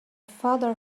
father